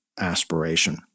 aspiration